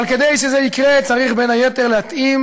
אבל כדי שזה יקרה, צריך בין היתר להתאים